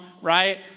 Right